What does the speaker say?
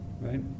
Right